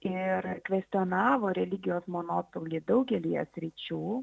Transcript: ir kvestionavo religijos monopolį daugelyje sričių